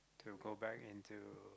to go back into